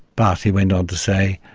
but he went on to say,